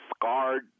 scarred